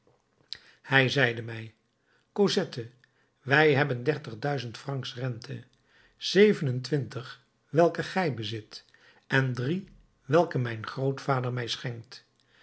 hij zeide mij cosette wij hebben dertig duizend francs rente zeven-en-twintig welke gij bezit en drie welke mijn grootvader mij schenkt